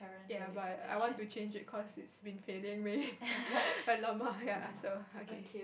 ya but I want to change it cause it's been failing me a lot more ya so okay